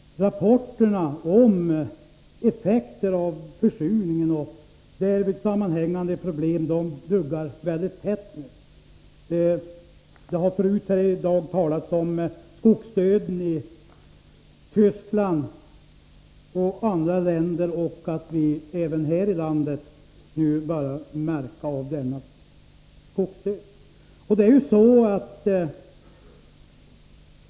Rapporterna om effekter av försurningen och därmed sammanhängande problem duggar nu mycket tätt. Det har tidigare i dag talats om skogsdöden i Tyskland och andra länder och att även vi här i landet nu börjar märka av den.